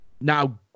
now